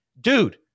Dude